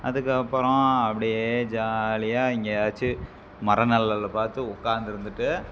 அதுக்கப்புறம் அப்படியே ஜாலியாக எங்கேயாச்சி மர நெழலலப் பார்த்து உட்காந்திருந்துட்டு